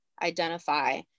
identify